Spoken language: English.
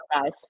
guys